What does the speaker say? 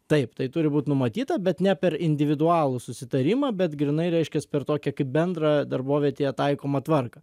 taip tai turi būt numatyta bet ne per individualų susitarimą bet grynai reiškias per tokią kaip bendrą darbovietėje taikomą tvarką